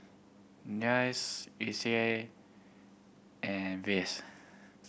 NUS ISEA and RVHS